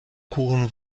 kuchen